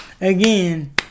again